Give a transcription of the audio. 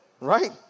Right